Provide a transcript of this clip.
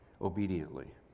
obediently